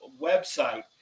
website